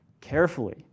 carefully